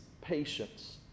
patience